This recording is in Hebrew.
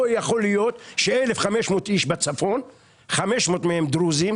לא יכול להיות שעולמם של 1,500 אנשים בצפון - מתוכם 500 דרוזים